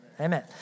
Amen